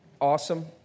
awesome